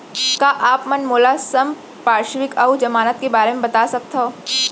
का आप मन मोला संपार्श्र्विक अऊ जमानत के बारे म बता सकथव?